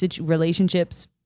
relationships